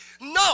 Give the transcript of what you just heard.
No